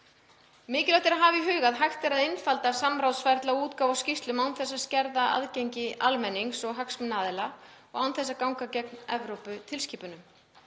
Mikilvægt er að hafa í huga að hægt er að einfalda samráðsferla og útgáfu á skýrslum án þess að skerða aðgengi almennings og hagsmunaaðila og án þess að ganga gegn Evróputilskipunum.